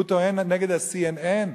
הוא טוען נגד ה-CNN?